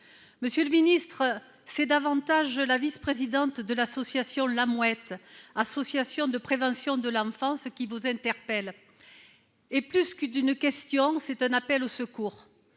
Monsieur le ministre, c'est davantage la vice-présidente de La Mouette, association de protection de l'enfance, qui vous interpelle, et plus qu'une question, c'est un appel au secours.